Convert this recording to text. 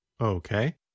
Okay